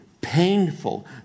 painful